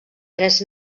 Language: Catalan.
tres